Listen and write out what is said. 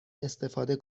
استفاده